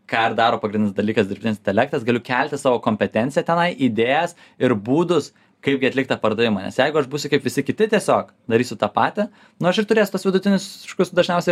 ką ir daro pagrindinis dalykas dirbtinis intelektas galiu kelti savo kompetenciją tenai idėjas ir būdus kaip gi atlikt tą pardavimą nes jeigu aš būsiu kaip visi kiti tiesiog darysiu tą patį nu aš ir turėsiu tuos vidutiniškus dažniausia